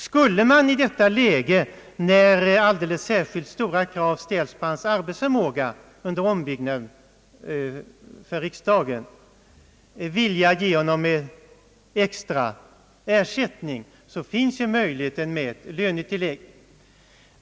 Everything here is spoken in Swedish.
Skulle man i detta läge, när alldeles särskilt stora krav ställs på hans arbetsförmåga under ombyggnaden för riksdagen, vilja ge honom en extra ersättning, så finns ju möjligheten med lönetillägg.